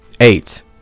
eight